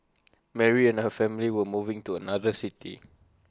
Mary and her family were moving to another city